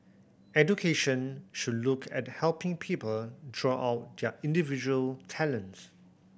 education should look at helping people draw out their individual talents